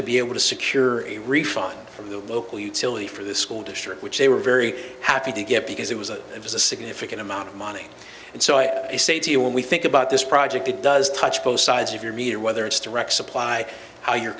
to be able to secure a refund from the local utility for the school district which they were very happy to get because it was a it was a significant amount of money and so i say to you when we think about this project it does touch both sides of your meter whether it's direct supply how your